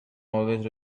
always